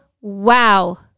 wow